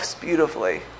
beautifully